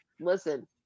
Listen